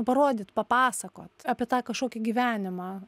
parodyt papasakot apie tą kažkokį gyvenimą